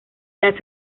las